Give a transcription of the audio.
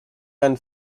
and